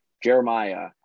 Jeremiah